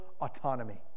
autonomy